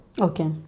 okay